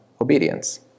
obedience